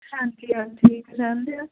ਹਾਂਜੀ ਹਾਂਜੀ ਪਛਾਣ ਲਿਆ